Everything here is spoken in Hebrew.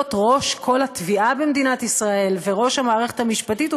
ראש כל התביעה במדינת ישראל וראש המערכת המשפטית.